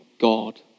God